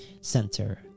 center